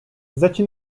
zaci